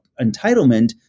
entitlement